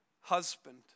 husband